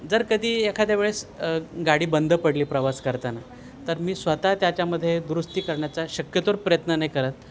जर कधी एखाद्या वेळेस गाडी बंद पडली प्रवास करताना तर मी स्वतः त्याच्यामध्ये दुरुस्ती करण्याचा शक्यतोवर प्रयत्न नाही करत